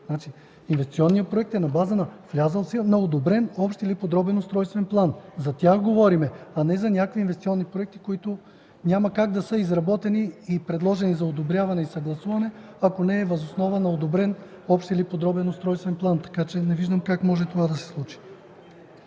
Значи, инвестиционният проект е на база на влязъл в сила, на одобрен общ или подробен устройствен план – за тях говорим, а не за някакви инвестиционни проекти, които няма как да са изработени и предложени за одобряване и съгласуване, ако не е въз основа на одобрен общ или подробен устройствен план. Така че не виждам как може да се случи